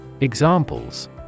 Examples